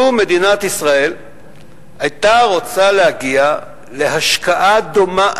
לו מדינת ישראל היתה רוצה להגיע להשקעה דומה,